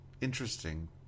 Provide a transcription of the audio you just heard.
interesting